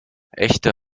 echte